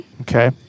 Okay